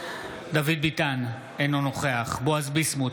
דוד ביטן, אינו נוכח בועז ביסמוט,